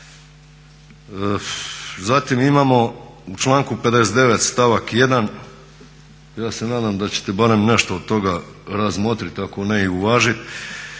Zatim imamo u članku 59.stavak 1.ja se nadam da ćete barem nešto od toga razmotriti ako ne i uvažiti,